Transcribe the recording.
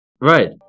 Right